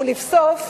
לבסוף,